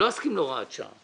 אני לא אסכים להוראת שעה.